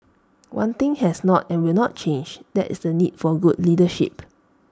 one thing has not and will not change that is the need for good leadership